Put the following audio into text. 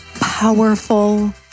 powerful